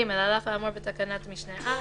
"(ג) על אף האמור בתקנת משנה (א),